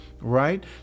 right